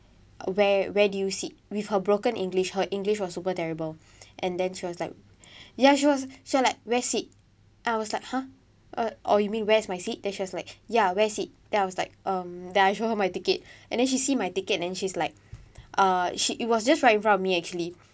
uh where where do you sit with her broken english her english was super terrible and then she was like ya she was she was like where sit I was like !huh! uh or you mean where's my seat then she was like ya where's seat then I was like um then I show her my ticket and then she see my ticket then she's like uh she it was just right in front of me actually